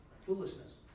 foolishness